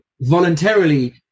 voluntarily